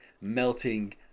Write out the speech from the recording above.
melting